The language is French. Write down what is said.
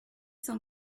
cent